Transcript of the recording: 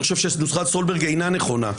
אני חושב שנוסחת סולברג אינה נכונה,